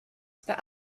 the